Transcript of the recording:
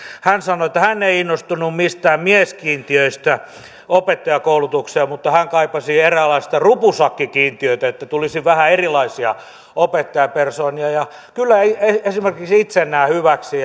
sanoi että hän ei innostunut mistään mieskiintiöistä opettajakoulutuksessa mutta hän kaipasi eräänlaista rupusakkikiintiötä että tulisi vähän erilaisia opettajapersoonia kyllä esimerkiksi itse näen hyväksi